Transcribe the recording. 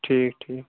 ٹھیٖک ٹھیٖک